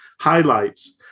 Highlights